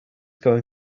going